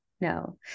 No